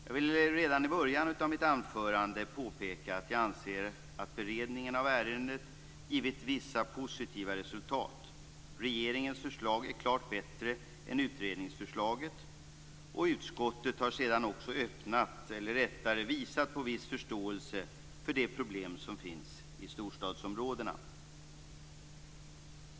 Jag vill redan i början av mitt anförande påpeka att jag anser att beredningen av ärendet har givit vissa positiva resultat. Regeringens förslag är klart bättre än utredningsförslaget, och utskottet har visat viss förståelse för de problem som finns i storstadsområdena.